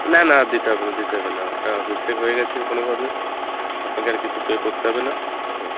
না না আর দিতে হবে না দিতে হবে না ওটা মিসটেক হয়ে গেছে কোনোভাবে আপনাকে আর কিছু পে করতে হবে না হুম